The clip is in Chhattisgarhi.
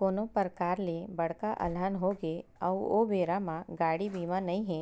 कोनो परकार ले बड़का अलहन होगे अउ ओ बेरा म गाड़ी बीमा नइ हे